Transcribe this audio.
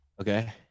Okay